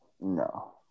No